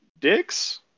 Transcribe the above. dicks